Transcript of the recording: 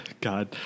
God